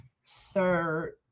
sir